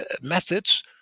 methods